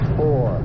four